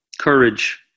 Courage